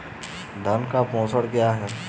धन का प्रेषण क्या है?